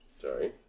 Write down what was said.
Sorry